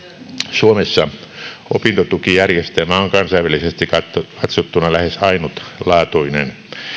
suomessa opintotukijärjestelmä on kansainvälisesti katsottuna katsottuna lähes ainutlaatuinen